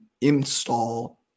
install